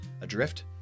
adrift